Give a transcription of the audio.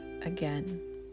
again